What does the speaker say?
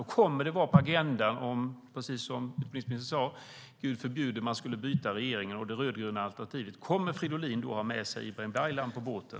Och kommer den att stå på agendan om vi, Gud förbjude, byter regering till det rödgröna alternativet? Kommer Fridolin då att ha med sig Ibrahim Baylan på båten?